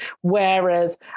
whereas